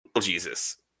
Jesus